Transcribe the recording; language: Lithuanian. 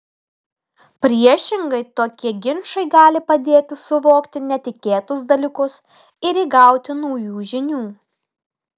priešingai tokie ginčai gali padėti suvokti netikėtus dalykus ir įgauti naujų žinių